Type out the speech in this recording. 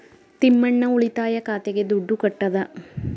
ತಿಮ್ಮಣ್ಣ ಉಳಿತಾಯ ಖಾತೆಗೆ ದುಡ್ಡು ಕಟ್ಟದ